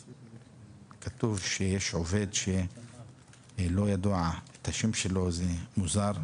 כתוב שיש עובד מירושלים שלא ידוע השם שלו וזה מוזר.